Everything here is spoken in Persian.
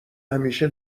همیشه